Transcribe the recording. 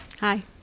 Hi